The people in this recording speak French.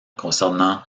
concernant